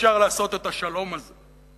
אפשר לעשות את השלום הזה: